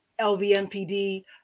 LVMPD